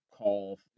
Call